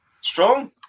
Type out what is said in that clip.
Strong